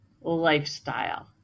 lifestyle